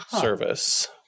service